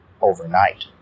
overnight